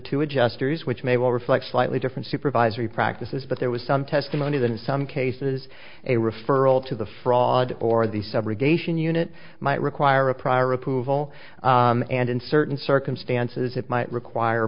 two adjusters which may well reflect slightly different supervisory practices but there was some testimony that in some cases a referral to the fraud or the subrogation unit might require a prior approval and in certain circumstances it might require